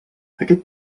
aquest